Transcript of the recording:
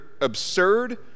absurd